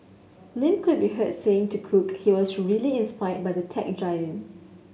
Lin could be heard saying to cook he was really inspired by the tech giant